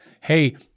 hey